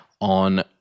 on